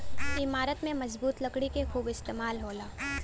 इमारत में मजबूत लकड़ी क खूब इस्तेमाल होला